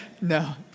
no